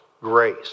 grace